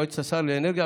יועץ שר האנרגיה.